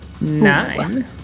Nine